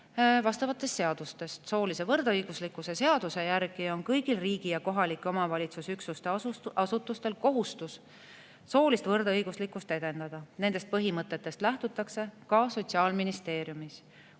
vastavatest seadustest. Soolise võrdõiguslikkuse seaduse järgi on kõigil riigi ja kohalike omavalitsusüksuste asutustel kohustus soolist võrdõiguslikkust edendada. Nendest põhimõtetest lähtutakse ka Sotsiaalministeeriumis.